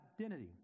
identity